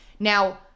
Now